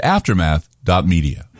Aftermath.media